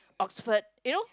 Oxford you know